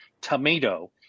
tomato